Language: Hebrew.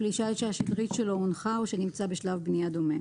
כלי שיט שהשדרית שלו הונחה או שנמצא בשלב בנייה דומה,